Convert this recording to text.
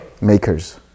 Makers